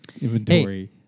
inventory